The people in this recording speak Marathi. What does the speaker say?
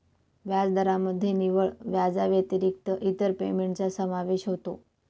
व्याजदरामध्ये निव्वळ व्याजाव्यतिरिक्त इतर पेमेंटचा समावेश होतो